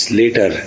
later